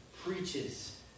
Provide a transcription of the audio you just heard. preaches